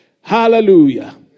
Hallelujah